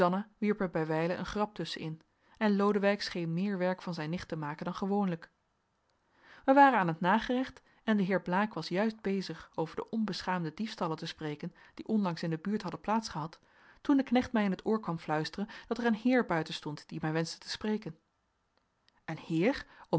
er bijwijlen een grap tusschen in en lodewijk scheen meer werk van zijn nicht te maken dan gewoonlijk wij waren aan t nagerecht en de heer blaek was juist bezig over de onbeschaamde diefstallen te spreken die onlangs in de buurt hadden plaats gehad toen de knecht mij in het oor kwam fluisteren dat er een heer buiten stond die mij wenschte te spreken een heer